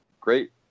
great